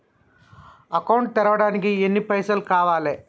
Account తెరవడానికి ఎన్ని పైసల్ కావాలే?